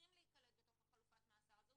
שצריכים להיקלט בתוך חלופת המאסר הזו